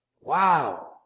Wow